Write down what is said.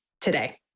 today